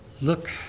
Look